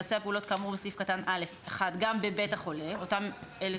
לבצע פעולות כאמור בסעיף קטן (א)(1) גם בבית החולה אותם אלה